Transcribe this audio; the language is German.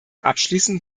abschließend